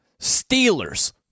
Steelers